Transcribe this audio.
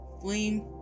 flame